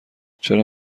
چرا